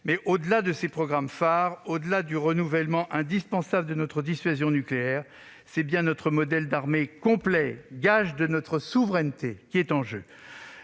Au-delà de ces programmes phares, au-delà du renouvellement indispensable de notre dissuasion nucléaire, c'est bien notre modèle d'armée complet, gage de notre souveraineté, qui est en jeu.